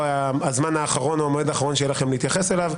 הזמן האחרון או המועד האחרון שיהיה לכם להתייחס אליו